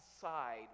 side